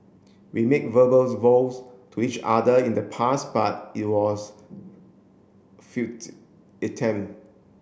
we made verbals to each other in the past but it was attempt